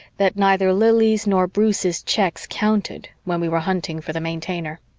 that neither lili's nor bruce's checks counted when we were hunting for the maintainer.